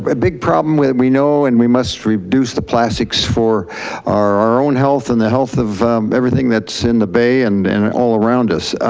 but big problem, we know, and we must reduce the plastics for our own health and the health of everything that's in the bay and and all around us.